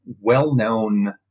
well-known